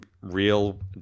Real